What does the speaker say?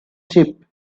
sheep